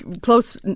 close